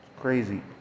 crazy